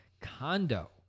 condo